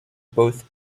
both